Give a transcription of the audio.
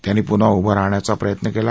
त्यांनी पुन्हा उभं राहण्याचा प्रयत्न केला